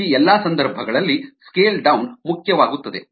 ಈ ಎಲ್ಲಾ ಸಂದರ್ಭಗಳಲ್ಲಿ ಸ್ಕೇಲ್ ಡೌನ್ ಮುಖ್ಯವಾಗುತ್ತದೆ